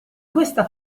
questa